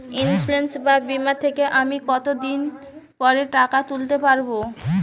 Insurance বা বিমা থেকে আমি কত দিন পরে টাকা তুলতে পারব?